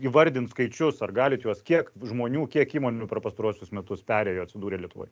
įvardint skaičius ar galit juos kiek žmonių kiek įmonių per pastaruosius metus perėjo atsidūrė lietuvoj